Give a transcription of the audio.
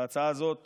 להצעה הזאת